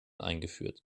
eingeführt